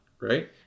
right